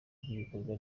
ry’ibikorwa